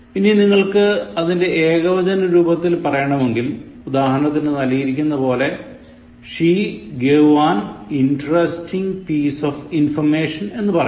ഇനി നിങ്ങൾക്ക് അതിൻറെ എകവചന രൂപത്തിൽ പറയണമെങ്കിൽ ഉദാഹരണത്തിൽ നല്കിയിരിക്കുന്ന്തുപോലെ She gave an interesting piece of information എന്ന് പറയണം